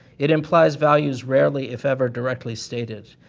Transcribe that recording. it implies values rarely if ever directly stated.